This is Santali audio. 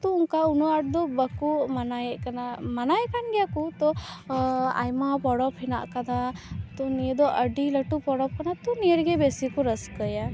ᱛᱚ ᱚᱱᱠᱟ ᱩᱱᱟᱹᱜ ᱟᱸᱴ ᱫᱚ ᱵᱟᱠᱩ ᱢᱟᱱᱟᱣᱮᱫ ᱠᱟᱱᱟ ᱢᱟᱱᱟᱣᱮᱫ ᱠᱟᱱ ᱜᱤᱭᱟ ᱠᱚ ᱛᱚ ᱟᱭᱢᱟ ᱯᱚᱨᱚᱵᱽ ᱦᱮᱱᱟᱜ ᱟᱠᱟᱫᱟ ᱛᱚ ᱱᱤᱭᱟ ᱫᱚ ᱟᱹᱰᱤ ᱞᱟᱹᱴᱩ ᱯᱚᱨᱚᱵᱽ ᱠᱟᱱᱟ ᱛᱚ ᱱᱤᱭᱟ ᱨᱮᱜᱮ ᱵᱮᱥᱤ ᱠᱚ ᱨᱟᱹᱥᱠᱟᱹᱭᱟ